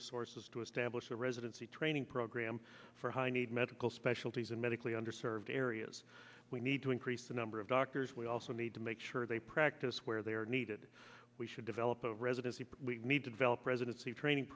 resources to establish a residency training program for high need medical specialties in medically underserved areas we need to increase the number of doctor we also need to make sure they practice where they are needed we should develop a residency but we need to develop residency training